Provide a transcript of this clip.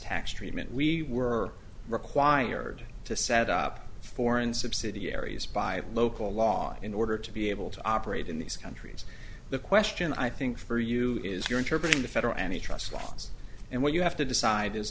tax treatment we were required to set up foreign subsidiaries by local law in order to be able to operate in these countries the question i think for you is your interpret in the federal any trust laws and what you have to decide is